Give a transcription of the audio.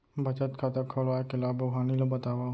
बचत खाता खोलवाय के लाभ अऊ हानि ला बतावव?